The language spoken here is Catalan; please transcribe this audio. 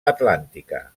atlàntica